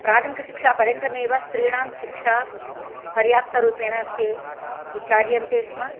प्रारम्भिकशिक्षापर्यन्तमेव स्त्रीणां शिक्षा पर्याप्तरूपेण ते विचार्यन्ते स्म